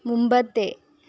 മുമ്പത്തെ